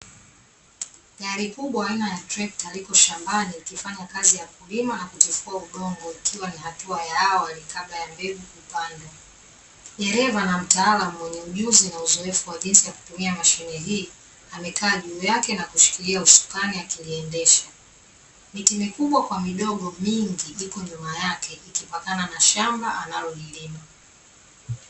Gari kubwa aina ya trekta liko shambani likifanya kazi ya kulima na kutifua udongo ikiwa ni hatua ya awali kabla ya mbegu kupandwa. Dereva na mtaalamu mwenye ujuzi na uzoefu wa jinsi ya kutumia mashine hii amekaa juu yake na kushikilia usukani akiliendesha. Miti mikubwa kwa midogo mingi iko nyuma yake ikipakana na shamba analolilima.